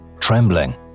Trembling